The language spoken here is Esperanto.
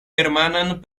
germanan